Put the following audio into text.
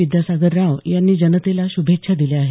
विद्यासागर राव यांनी जनतेला शुभेच्छा दिल्या आहेत